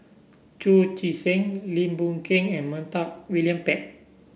Chu Chee Seng Lim Boon Keng and Montague William Pett